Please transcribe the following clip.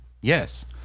Yes